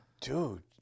dude